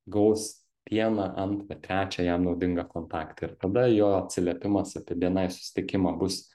gaus vieną antrą trečią jam naudingą kontaktą ir tada jo atsiliepimas apie bni susitikimą bus